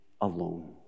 alone